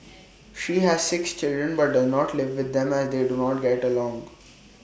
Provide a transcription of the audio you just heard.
she has six children but does not live with them as they do not get along